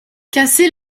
cassez